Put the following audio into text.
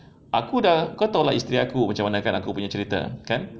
aku dah kau tahu lah isteri aku macam mana kan aku punya cerita kan